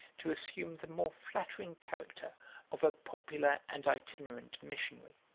to assume the more flattering character of a popular and itinerant missionary.